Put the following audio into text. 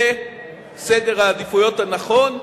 זה סדר העדיפויות הנכון.